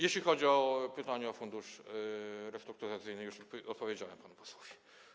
Jeśli chodzi o pytanie o fundusz restrukturyzacyjny, to już odpowiedziałem panu posłowi.